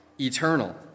eternal